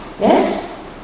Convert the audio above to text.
Yes